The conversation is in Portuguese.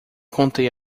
contei